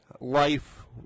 Life